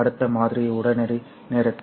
அடுத்த மாதிரி உடனடி நேரத்தில்